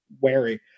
wary